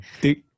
dick